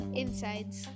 insides